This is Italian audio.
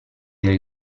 del